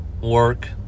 Work